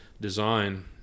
design